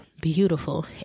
beautiful